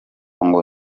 ngo